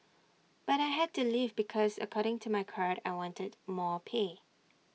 but I had to leave because according to my card I wanted more pay